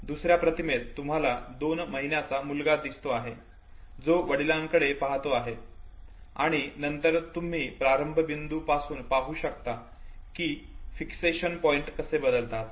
दुसर्या प्रतिमेत तुम्हाला दोन महिन्यांचा मुलगा दिसतो आहे जो वडिलांकडे पाहतो आहे आणि नंतर तुम्ही प्रारंभ बिंदूपासून पाहू शकता की फिक्सेशन पॉईंट कसे बदलतात